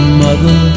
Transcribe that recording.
mother